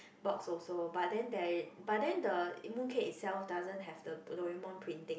box also but then there is but then the mooncake itself doesn't have the Doraemon printing